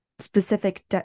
specific